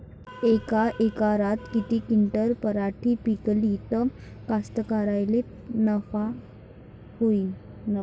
यका एकरात किती क्विंटल पराटी पिकली त कास्तकाराइले नफा होईन?